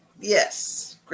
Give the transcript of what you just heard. Yes